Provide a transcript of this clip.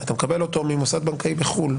אתה מקבל אותו ממוסד בנקאי בחו"ל,